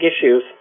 issues